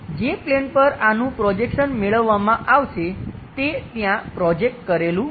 જે પ્લેન પર આનું પ્રોજેક્શન મેળવવામાં આવશે તે ત્યાં પ્રોજેક્ટ કરેલું છે